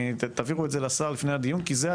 ותבהירו את זה לשר לפני הדיון כי זה,